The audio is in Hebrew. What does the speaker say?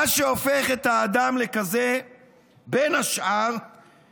מה שהופך את האדם לכזה בין השאר הוא